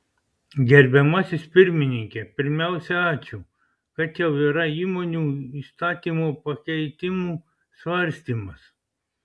gerbiamasis pirmininke pirmiausia ačiū kad jau yra įmonių įstatymo pakeitimų svarstymas